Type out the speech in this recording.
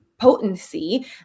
potency